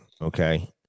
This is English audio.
Okay